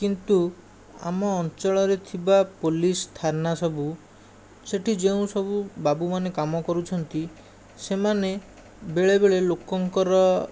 କିନ୍ତୁ ଆମ ଅଞ୍ଚଳରେ ଥିବା ପୋଲିସ୍ ଥାନା ସବୁ ସେଠି ଯେଉଁ ସବୁ ବାବୁମାନେ କାମ କରୁଛନ୍ତି ସେମାନେ ବେଳେବେଳେ ଲୋକଙ୍କର